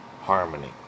harmony